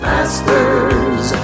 Masters